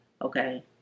Okay